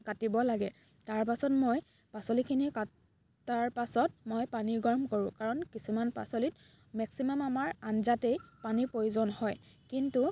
কাটিব লাগে তাৰ পাছত মই পাচলিখিনি কটাৰ পাছত মই পানী গৰম কৰোঁ কাৰণ কিছুমান পাচলিত মেক্সিমাম আমাৰ আঞ্জাতেই পানীৰ প্ৰয়োজন হয় কিন্তু